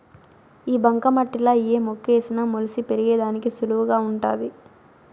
ఈ బంక మట్టిలా ఏ మొక్కేసిన మొలిసి పెరిగేదానికి సులువుగా వుంటాది